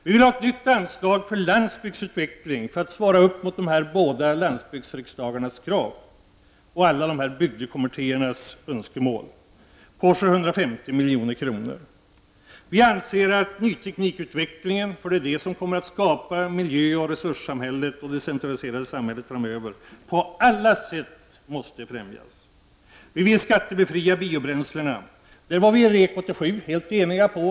Vi föreslår ett nytt anslag för landsbygdsutveckling på 750 miljoner för att svara upp mot landsbygdsriksdagarnas krav och bygdekommittéernas önskemål. Vi anser att utveckling av ny teknik på alla sätt måste främjas, för det är den som kommer att skapa ett miljöoch resurssamhälle framöver. Vi vill skattebefria biobränslena. Det var vi 1987 helt eniga om.